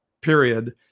period